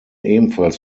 ebenfalls